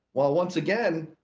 while, once again.